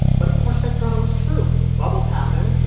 but, of course, that's not always true. bubbles happen.